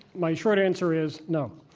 my short answer is no.